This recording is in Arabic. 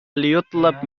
ليطلب